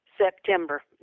September